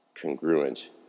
Congruent